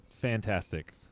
fantastic